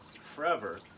forever